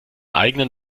eigenen